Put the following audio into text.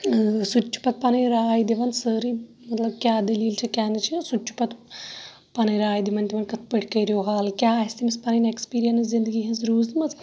سُہ تہِ چھ پَتہٕ پَنٕنۍ راے دِوان سٲرے مَطلَب کیاہ دلیٖل چھِ کیاہ نہٕ چھِ سُہ تہٕ چھُ پَتہٕ پَنٕنۍ راے دِوان تِمَن کِتھ پٲٹھۍ کٔرِو حَل کیاہ آسہِ تمِس پَنٕن ایٚکسپیٖرینس زِندگی ہٕنٛز روٗزمٕژ